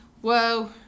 Whoa